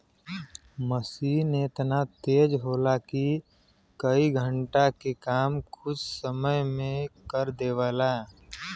मसीन एतना तेज होला कि कई घण्टे के काम कुछ समय मे कर देवला